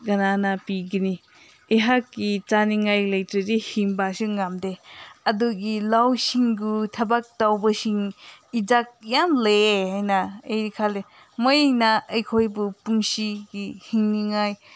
ꯀꯅꯥꯅ ꯄꯤꯒꯅꯤ ꯑꯩꯍꯥꯛꯀꯤ ꯆꯥꯅꯤꯡꯉꯥꯏ ꯂꯩꯇ꯭ꯔꯗꯤ ꯍꯤꯡꯕꯁꯤ ꯉꯝꯗꯦ ꯑꯗꯨꯒꯤ ꯂꯧꯁꯤꯡꯕꯨ ꯊꯕꯛ ꯇꯧꯕꯁꯤꯡ ꯏꯖꯠ ꯌꯥꯝ ꯂꯩꯌꯦ ꯍꯥꯏꯅ ꯑꯩ ꯈꯜꯂꯤ ꯃꯣꯏꯅ ꯑꯩꯈꯣꯏꯕꯨ ꯄꯨꯟꯁꯤꯒꯤ ꯍꯤꯡꯅꯤꯡꯉꯥꯏ